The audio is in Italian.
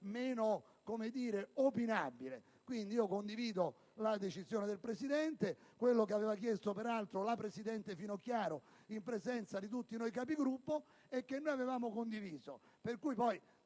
meno opinabile. Quindi, condivido la decisione del Presidente, quella che, aveva chiesto peraltro, la presidente Finocchiaro in presenza di tutti noi Capigruppo e che noi avevamo condiviso. Si